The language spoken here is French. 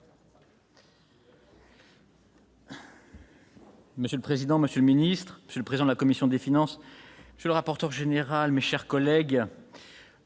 Monsieur le président, monsieur le secrétaire d'État, monsieur le président de la commission des finances, monsieur le rapporteur général, mes chers collègues,